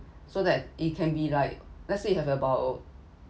so that it can be like let's say you have about